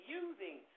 using